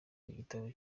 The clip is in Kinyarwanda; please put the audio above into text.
igitabo